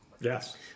Yes